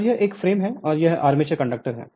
और यह एक फ्रेम है और यह आर्मेचर कंडक्टर है